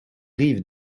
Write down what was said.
rives